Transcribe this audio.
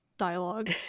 dialogue